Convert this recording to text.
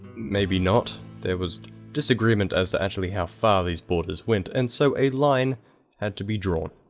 maybe not there was disagreement as to actually how far these borders went, and so a line had to be drawn